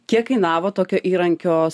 kiek kainavo tokio įrankio